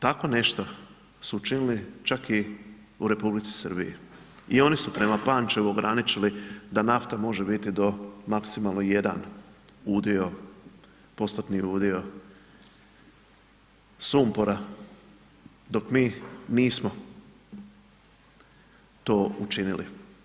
Tako nešto su učinili čak i u Republici Srbiji i oni su prema Pančevu ograničili da nafta može biti do maksimalno 1 udio, postotni udio sumpora, dok mi nismo to učinili.